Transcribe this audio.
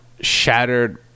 shattered